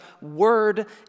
word